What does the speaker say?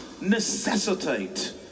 necessitate